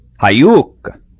Hayuk